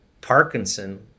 Parkinson